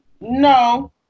no